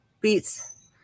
beets